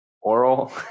Oral